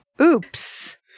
Oops